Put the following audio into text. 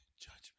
judgment